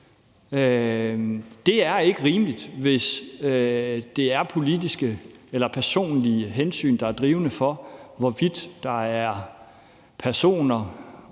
Det er ikke rimeligt, hvis det er politiske eller personlige hensyn, der er drivende for, at der er personer